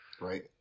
Right